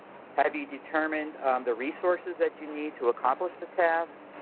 have you determined the resources that you need to accomplish the task?